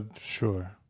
sure